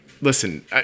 listen